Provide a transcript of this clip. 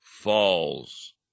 falls